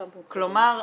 אותן -- כלומר,